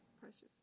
precious